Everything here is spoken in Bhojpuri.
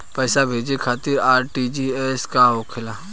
पैसा भेजे खातिर आर.टी.जी.एस का होखेला?